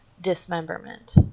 dismemberment